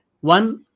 One